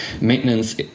Maintenance